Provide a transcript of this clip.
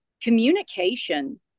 communication